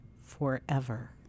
forever